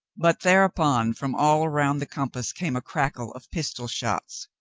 but thereupon from all round the compass came a crackle of pistol shots.